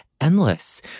endless